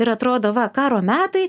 ir atrodo va karo metai